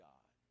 God